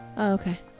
okay